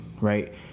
right